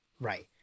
Right